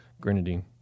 Grenadine